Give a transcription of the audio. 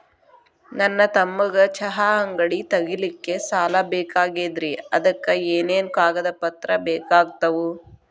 ನನ್ನ ತಮ್ಮಗ ಚಹಾ ಅಂಗಡಿ ತಗಿಲಿಕ್ಕೆ ಸಾಲ ಬೇಕಾಗೆದ್ರಿ ಅದಕ ಏನೇನು ಕಾಗದ ಪತ್ರ ಬೇಕಾಗ್ತವು?